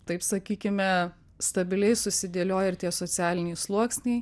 taip sakykime stabiliai susidėlioja ir tie socialiniai sluoksniai